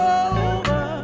over